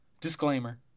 disclaimer